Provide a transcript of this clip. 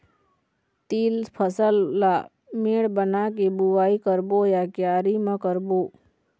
तील फसल ला मेड़ बना के बुआई करबो या क्यारी म करबो?